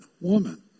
woman